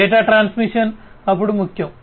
data transmission అప్పుడు ముఖ్యం